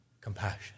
compassion